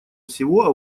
всего